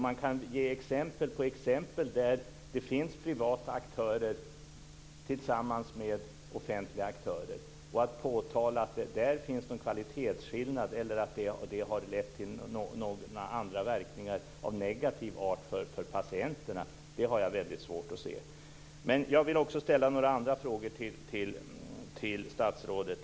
Man kan ge fler exempel på att det finns privata aktörer tillsammans med offentliga aktörer. Att man skulle kunna påtala att det finns någon kvalitetsskillnad där eller att det har lett till några andra negativa verkningar för patienterna, har jag väldigt svårt att se. Jag vill också ställa några andra frågor till statsrådet.